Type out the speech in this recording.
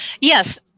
Yes